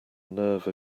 nerve